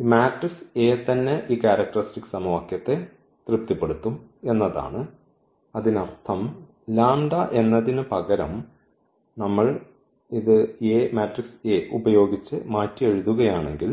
ഈ matrix A തന്നെ ഈ ക്യാരക്ടർസ്റ്റിക്സ് സമവാക്യത്തെ തൃപ്തിപ്പെടുത്തും എന്നതാണ് അതിനർത്ഥം എന്നതിന് പകരം നമ്മൾ ഇത് A ഉപയോഗിച്ച് മാറ്റി എഴുതുകയാണെങ്കിൽ